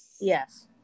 Yes